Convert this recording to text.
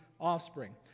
offspring